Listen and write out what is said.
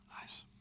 Nice